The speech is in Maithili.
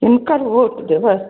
किनकर भोट देबै